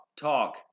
talk